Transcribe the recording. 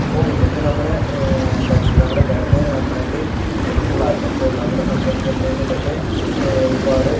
അപ്പോൾ ഇതൊക്കെ നമ്മുടെ എന്താച്ചീ നമ്മടെ ഘടനയെ നന്നായിട്ട് ഹെല്പ്ഫുളളാണ് ഇപ്പോൾ നമ്മടെ സമ്പത്ത് ഘടനേൻ്റെ ഇതൊക്കെ ഒരുപാട്